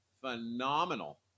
phenomenal